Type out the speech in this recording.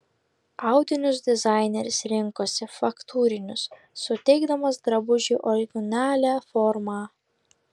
audinius dizaineris rinkosi faktūrinius suteikdamas drabužiui originalią formą